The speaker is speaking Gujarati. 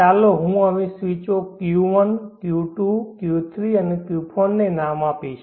ચાલો હું હવે સ્વીચો Q1 Q2 Q3 Q4 ને નામ આપીશ